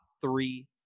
three